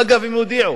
אגב, הם הודיעו,